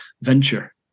venture